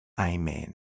Amen